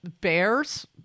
bears